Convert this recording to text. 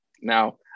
Now